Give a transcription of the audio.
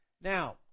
Now